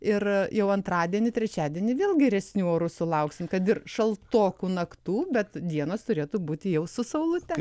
ir jau antradienį trečiadienį vėl geresnių orų sulauksime kad ir šaltokų naktų bet dienos turėtų būti jau su saulute